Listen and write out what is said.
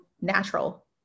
natural